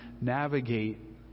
navigate